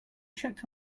checked